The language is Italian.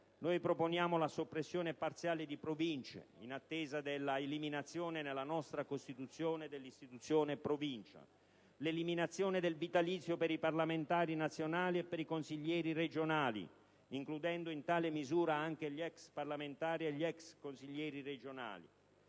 proponiamo: la soppressione parziale delle Province, in attesa della eliminazione nella nostra Costituzione dell'istituzione Provincia; l'eliminazione del vitalizio per i parlamentari nazionali e per i consiglieri regionali, includendo in tale misura anche gli ex parlamentari e gli ex consiglieri regionali;